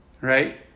right